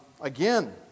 Again